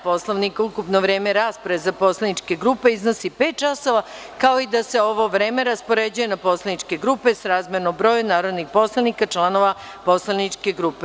Poslovnika ukupno vreme rasprave za poslaničke grupe iznosi pet časova, kao da se i ovo vreme raspoređuje na poslaničke grupe srazmerno broju narodnih poslanika članova poslaničke grupe.